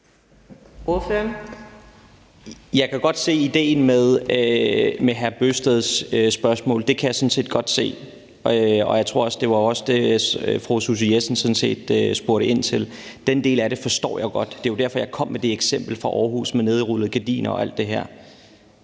Jeg kan godt se idéen med hr. Kristian Bøgsteds spørgsmål. Det kan jeg sådan set godt se, og det var jo også det, fru Susie Jessen sådan set spurgte ind til. Den del af det forstår jeg godt. Det var jo derfor, jeg kom med det eksempel fra Aarhus med nedrullede gardiner og alt det her.